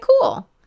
cool